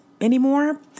anymore